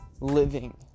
living